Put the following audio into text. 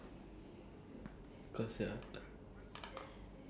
oh I like to I like I like this question what do you do every weekend